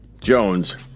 Jones